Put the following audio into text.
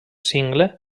single